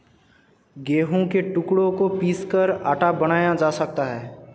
गेहूं के टुकड़ों को पीसकर आटा बनाया जा सकता है